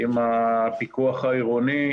ועם הפיקוח העירוני,